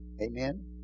Amen